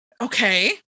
Okay